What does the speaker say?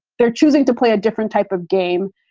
they're choosing to play a different type of game.